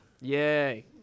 Yay